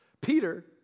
Peter